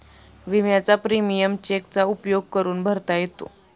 विम्याचा प्रीमियम चेकचा उपयोग करून भरता येतो